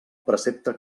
precepte